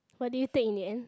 what did you take in the end